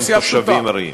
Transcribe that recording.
אבל הם תושבים ארעיים.